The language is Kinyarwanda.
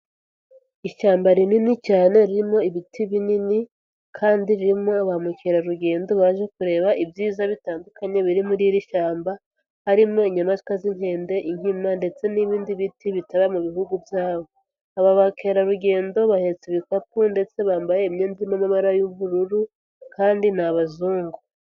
Ishyamba rinini cyane ririmo ibiti binini kandi ririmo bamukerarugendo baje kureba ibyiza bitandukanye biri muri iri shyamba, harimo inyamaswa z'inkende, inkima ndetse n'ibindi biti bitaba mu bihugu byabo. Aba bakerarugendo bahetse ibikapu ndetse bambaye imyenda irimo amabara y'ubururu kandi ni abazungu.